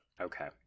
okay